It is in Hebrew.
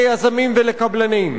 ליזמים ולקבלנים.